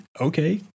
okay